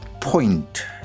point